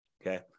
Okay